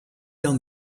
down